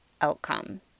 outcome